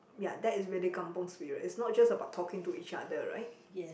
ya that is really kampung spirit it's not just about talking to each other right